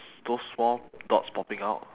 those small dots popping out